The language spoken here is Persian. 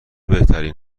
بهترین